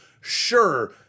Sure